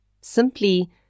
simply